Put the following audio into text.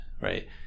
right